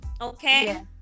Okay